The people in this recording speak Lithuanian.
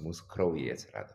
mūsų kraujyje atsirado